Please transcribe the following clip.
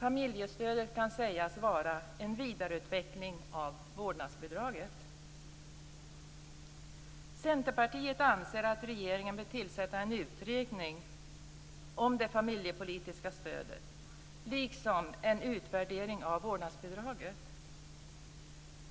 Familjestödet kan sägas vara en vidareutveckling av vårdnadsbidraget. Centerpartiet anser att regeringen bör tillsätta en utredning om det familjepolitiska stödet och genomföra en utvärdering av vårdnadsbidraget.